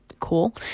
cool